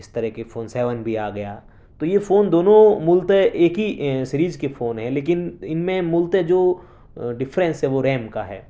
اس طرح کے phone seven بھی آ گیا تو یہ فون دونوں مولتہ ایک ہی سیریز کے فون ہیں لیکن ان میں مولتہ جو ڈفرینس ہے وہ ریم کا ہے